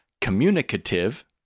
communicative